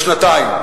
בשנתיים,